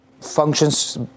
functions